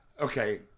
Okay